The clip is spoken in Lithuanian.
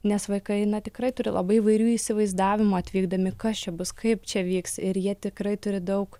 nes vaikai tikrai turi labai įvairių įsivaizdavimą atvykdami kas čia bus kaip čia vyks ir jie tikrai turi daug